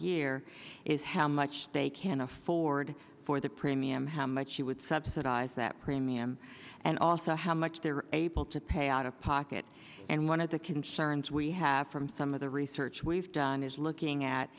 here is how much they can afford for the premium how much she would subsidize that premium and also how much they're able to pay out of pocket and one of the concerns we have from some of the research we've done is looking at